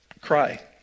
cry